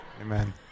Amen